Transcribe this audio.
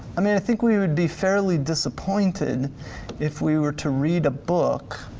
i mean i think we would be fairly disappointed if we were to read a book,